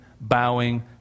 bowing